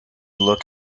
look